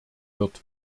wird